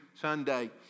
Sunday